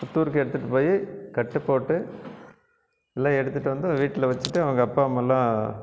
புத்தூருக்கு எடுத்துகிட்டு போய் கட்டு போட்டு இல்லை எடுத்துகிட்டு வந்து வீட்டில் வெச்சுட்டு அவங்க அப்பா அம்மாவெலாம்